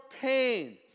pain